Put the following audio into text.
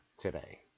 today